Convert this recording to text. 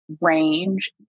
Range